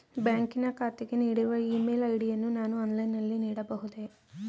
ಬ್ಯಾಂಕಿನ ಖಾತೆಗೆ ನೀಡಿರುವ ಇ ಮೇಲ್ ಐ.ಡಿ ಯನ್ನು ನಾನು ಆನ್ಲೈನ್ ನಲ್ಲಿ ನೀಡಬಹುದೇ?